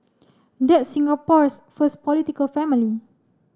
that's Singapore's first political family